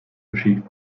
geschieht